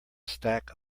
stack